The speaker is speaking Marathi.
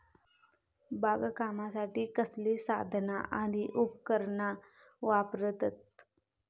बागकामासाठी कसली साधना आणि उपकरणा वापरतत?